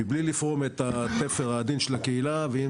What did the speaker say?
מבלי לפרום את התפר העדין של הקהילה ועם